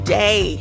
day